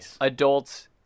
adults